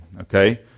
okay